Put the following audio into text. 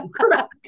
Correct